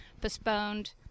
postponed